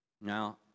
Now